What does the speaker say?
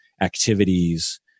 activities